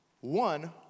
one